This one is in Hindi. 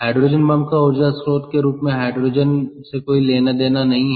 हाइड्रोजन बम का ऊर्जा स्रोत के रूप में हाइड्रोजन से कोई लेना देना नहीं है